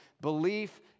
belief